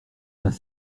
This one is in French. vingt